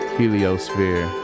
heliosphere